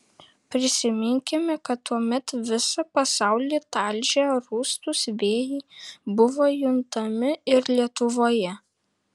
prisiminkime kad tuomet visą pasaulį talžę rūstūs vėjai buvo juntami ir lietuvoje